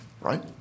right